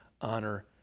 honor